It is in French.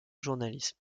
journalisme